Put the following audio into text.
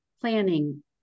planning